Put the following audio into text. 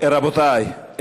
רבותי,